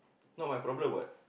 not my problem what